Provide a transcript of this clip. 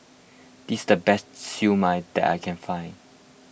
this the best Siew Mai that I can find